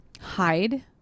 hide